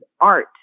art